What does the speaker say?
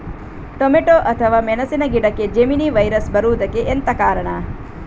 Tomato ಅಥವಾ ಮೆಣಸಿನ ಗಿಡಕ್ಕೆ ಜೆಮಿನಿ ವೈರಸ್ ಬರುವುದಕ್ಕೆ ಎಂತ ಕಾರಣ?